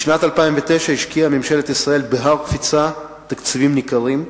בשנת 2009 השקיעה ממשלת ישראל בהר-קפיצה תקציבים ניכרים.